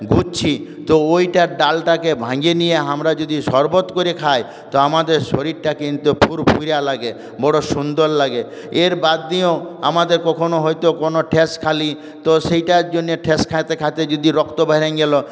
ঘুরছি তো ওইটার ডালটাকে ভেঙে নিয়ে আমরা যদি শরবত করে খাই তো আমাদের শরীরটা কিন্তু ফুরফুরে লাগে বড়ো সুন্দর লাগে এর বাদ দিয়েও আমাদের কখনও হয়ত কোনো ঠেসখালি তো সেইটার জন্যে ঠেস খেতে খেতে যদি রক্ত বেরিয়ে গেল